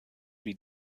wie